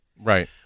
Right